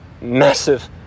massive